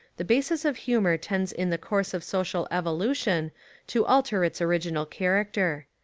the basis of humour tends in the course of social evolution to alter its original character.